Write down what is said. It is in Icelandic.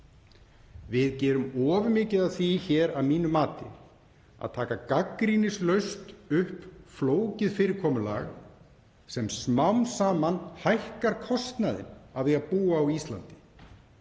Við gerum of mikið af því hér að mínu mati að taka gagnrýnislaust upp flókið fyrirkomulag sem hækkar smám saman kostnaðinn af því að búa á Íslandi.